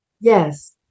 Yes